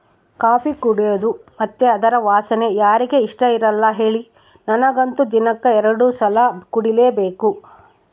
coffee ಕುಡೇದು ಮತ್ತೆ ಅದರ ವಾಸನೆ ಯಾರಿಗೆ ಇಷ್ಟಇರಲ್ಲ ಹೇಳಿ ನನಗಂತೂ ದಿನಕ್ಕ ಎರಡು ಸಲ ಕುಡಿಲೇಬೇಕು